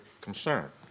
concern